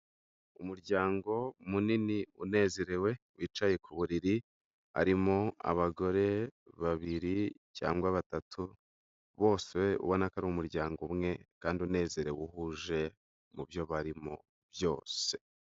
Umuryango munini unezerewe wicaye ku buriri, arimo abagore babiri cyangwa batatu, bose ubona ko ri umuryango umwe kandi unezerewe uhuje mubyo barimo byose.